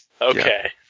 Okay